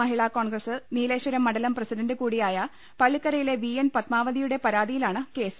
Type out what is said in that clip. മഹിളാ Congress Nileshwaram മണ്ഡലം president കൂട്ടിയായ പളളിക്കരയിലെ വി എൻ പത്മാവതിയുടെ പരാതിയിലാണ് കേസ്